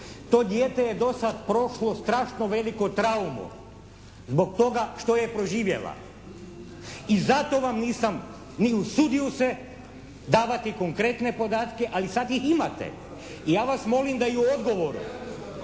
To dijete je do sada prošlo strašno veliku traumu, zbog toga što je preživjela. I zato vam nisam ni usudio se davati konkretne podatke ali sada ih imate. I ja vas molim da u odgovoru…